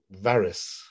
Varys